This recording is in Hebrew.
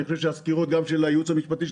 אני חושב שהסקירות של הייעוץ המשפטי של